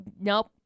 nope